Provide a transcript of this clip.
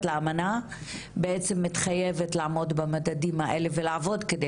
לאמנה בעצם מתחייבת לעמוד במדדים האלה ולעבוד כדי